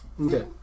Okay